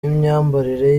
n’imyambarire